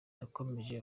yakomeje